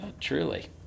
Truly